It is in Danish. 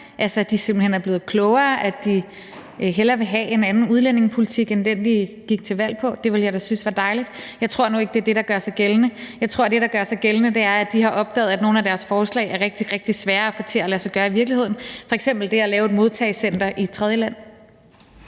er blevet klogere, og at de hellere vil have en anden udlændingepolitik end den, de gik til valg på. Det ville jeg da synes var dejligt. Jeg tror nu ikke, det er det, der gør sig gældende. Jeg tror, det, der gør sig gældende, er, at de har opdaget, at nogle af deres forslag er rigtig, rigtig svære at få til at lade sig gøre i virkeligheden, f.eks. det at lave et modtagecenter i et tredjeland.